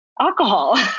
alcohol